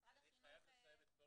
ומשרד החינוך -- אני חייב לסיים את כל